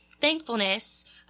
thankfulness